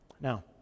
Now